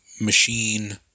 machine